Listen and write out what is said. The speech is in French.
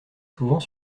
souvent